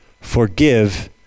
Forgive